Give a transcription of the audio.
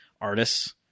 artists